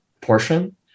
portion